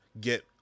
get